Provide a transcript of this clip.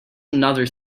another